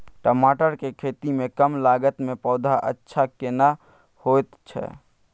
टमाटर के खेती में कम लागत में पौधा अच्छा केना होयत छै?